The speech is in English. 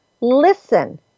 Listen